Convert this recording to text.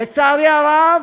לצערי הרב,